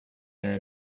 their